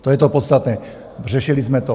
To je to podstatné, řešili jsme to.